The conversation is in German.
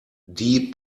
die